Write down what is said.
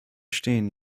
gestehen